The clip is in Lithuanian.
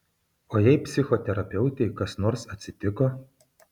o jei psichoterapeutei kas nors atsitiko